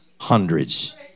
hundreds